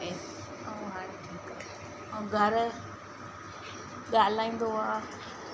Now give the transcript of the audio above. ऐं ऐं हाणे ठीकु आहे ऐं ॻार ॻाल्हाईंदो आहे